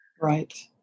Right